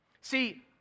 See